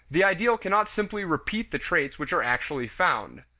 the ideal cannot simply repeat the traits which are actually found.